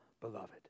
Beloved